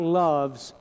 loves